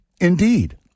Indeed